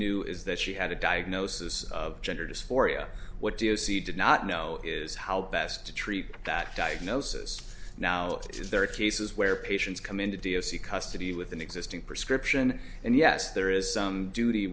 new is that she had a diagnosis of gender dysphoria what do you see did not know is how best to treat that diagnosis now it is there a case is where patients come into dios you custody with an existing prescription and yes there is some duty